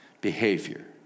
behavior